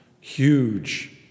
huge